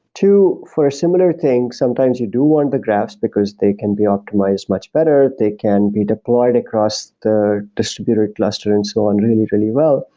two, for a similar thing, sometimes you do want the graphs because they can be optimized much better. they can be deployed across the distributed cluster and so on really, really well.